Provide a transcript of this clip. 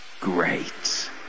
great